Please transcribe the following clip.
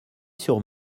sur